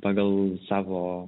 pagal savo